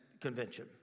Convention